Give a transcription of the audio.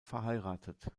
verheiratet